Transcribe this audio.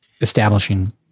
establishing